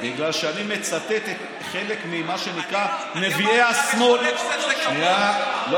בגלל שאני מצטט חלק ממה שנקרא נביאי השמאל, אני